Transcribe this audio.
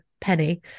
penny